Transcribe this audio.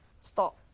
Stop